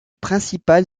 principal